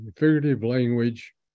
language